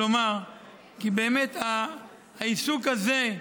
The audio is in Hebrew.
לומר כי באמת העיסוק הזה,